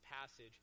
passage